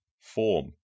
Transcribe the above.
form